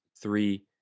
three